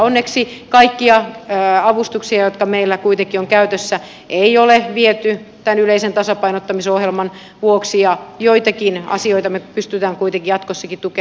onneksi kaikkia avustuksia jotka meillä kuitenkin on käytössä ei ole viety tämän yleisen tasapainottamisohjelman vuoksi ja joitakin asioita me pystymme kuitenkin jatkossakin tuke maan